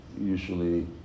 usually